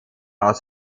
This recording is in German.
aus